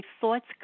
thoughts